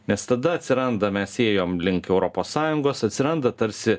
nes tada atsiranda mes ėjom link europos sąjungos atsiranda tarsi